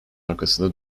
arkasında